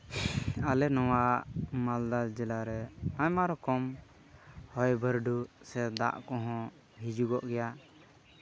ᱟᱞᱮ ᱱᱚᱣᱟ ᱢᱟᱞᱫᱟ ᱡᱮᱞᱟ ᱨᱮ ᱟᱭᱢᱟ ᱨᱚᱠᱚᱢ ᱦᱚᱭ ᱵᱟᱹᱨᱰᱩ ᱥᱮ ᱫᱟᱜ ᱠᱚᱦᱚᱸ ᱦᱤᱡᱩᱜ ᱜᱮᱭᱟ